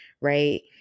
Right